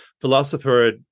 Philosopher